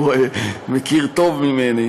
תפקידה של הכנסת הוא לפקח על עבודת הממשלה וזרועותיה,